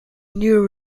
near